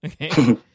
okay